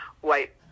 white